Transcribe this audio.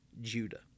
Judah